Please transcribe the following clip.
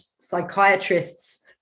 psychiatrists